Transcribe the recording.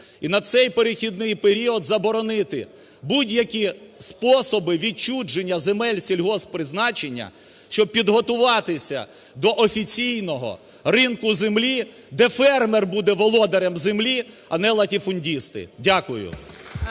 і на цей перехідний період заборонити будь-які способи відчуження земель сільгосппризначення, щоб підготуватися до офіційного ринку землі, де фермер буде володарем землі, а не латифундисти. Дякую.